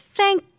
thank